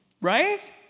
Right